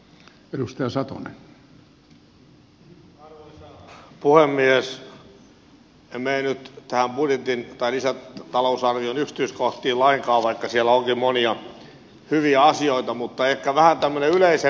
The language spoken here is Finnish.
en mene nyt näihin lisätalousarvion yksityiskohtiin lainkaan vaikka siellä onkin monia hyviä asioita mutta ehkä vähän tämmöinen yleisempi puheenvuoro